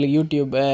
YouTube